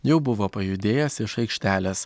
jau buvo pajudėjęs iš aikštelės